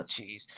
Jeez